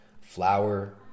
flour